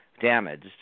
damaged